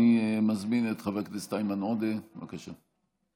אני מזמין את חבר הכנסת איימן עודה, בבקשה.